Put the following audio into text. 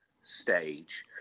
stage